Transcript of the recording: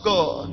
God